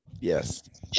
Yes